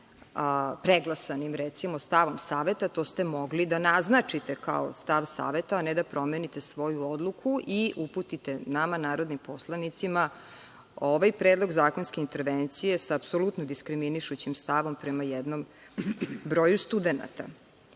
preglasanim, recimo, stavom Saveta, to ste mogli da naznačite kao stav Saveta, a ne da promenite svoju odluku i uputite nama, narodnim poslanicima, ovaj predlog zakonske intervencije sa apsolutno diskriminišućim stavom prema jednom broju studenata. Ono